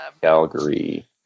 Calgary